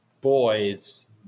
boys